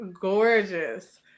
gorgeous